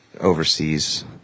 overseas